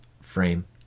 frame